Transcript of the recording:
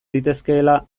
litezkeela